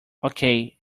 okay